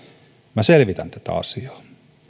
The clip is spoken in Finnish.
minä selvitän tätä asiaa